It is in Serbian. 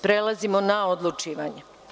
Prelazimo na odlučivanje.